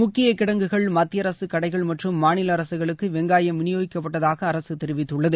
முக்கிய கிடங்குகள் மத்திய அரசு கடைகள் மற்றம் மாநில அரசுகளுக்கு வெங்காயம் விநியோகிக்கப்பட்டதாக அரசு தெரிவித்துள்ளது